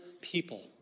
people